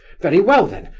very well then,